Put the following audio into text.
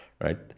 right